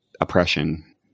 oppression